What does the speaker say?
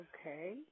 okay